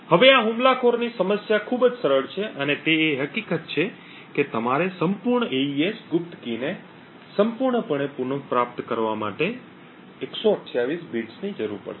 હવે આ હુમલાખોરની સમસ્યા ખૂબ જ સરળ છે અને તે એ હકીકત છે કે તમારે સંપૂર્ણ એઇએસ ગુપ્ત કી ને સંપૂર્ણપણે પુન પ્રાપ્ત કરવા માટે 128 બિટ્સની જરૂર પડશે